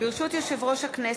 ברשות יושב-ראש הכנסת,